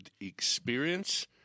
experience